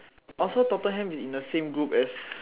oh so Tottenham is in the same group as